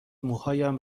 موهایم